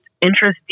interesting